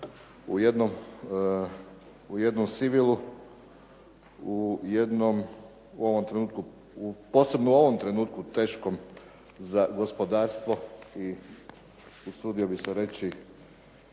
u jednom trenutku, posebno ovom trenutku teškom za gospodarstvo i usudio bih se reći